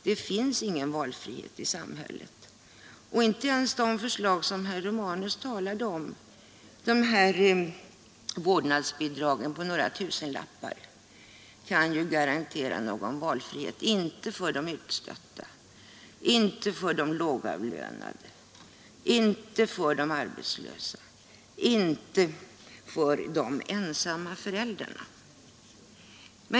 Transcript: Det finns ingen valfrihet i samhället, inte ens om de förslag genomförs som herr Romanus talade om. Vårdnadsbidragen på några tusenlappar kan ju inte garantera någon valfrihet — inte för de utstötta, inte för de lågavlönade, inte för de arbetslösa, inte för de ensamma föräldrarna.